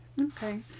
Okay